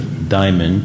diamond